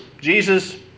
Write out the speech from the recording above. jesus